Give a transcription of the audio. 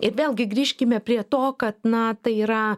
ir vėlgi grįžkime prie to kad na tai yra